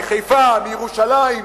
מחיפה, מירושלים,